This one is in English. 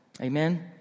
Amen